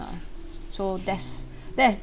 lah so that's that's